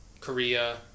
Korea